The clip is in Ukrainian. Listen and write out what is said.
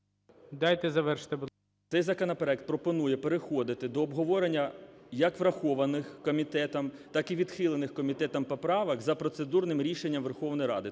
ласка. ФРОЛОВ П.В. Цей законопроект пропонує переходити до обговорення, як врахованих комітетом так і відхилених комітетом поправок за процедурним рішенням Верховної Ради,